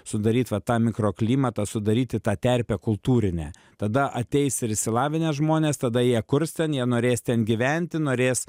sudaryt va tą mikroklimatą sudaryti tą terpę kultūrinę tada ateis ir išsilavinę žmonės tada jie kurs ten jie norės ten gyventi norės